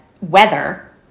weather